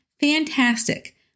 fantastic